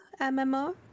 mmo